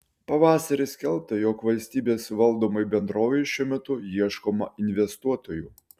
pavasarį skelbta jog valstybės valdomai bendrovei šiuo metu ieškoma investuotojų